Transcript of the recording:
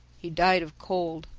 he died of cold,